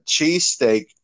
cheesesteak